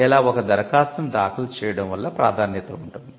ఇలా ఒక దరఖాస్తును దాఖలు చేయడం వల్ల 'ప్రాధాన్యత' ఉంటుంది